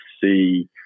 see